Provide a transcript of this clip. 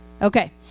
Okay